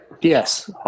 Yes